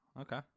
Okay